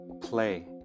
Play